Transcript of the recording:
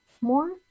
more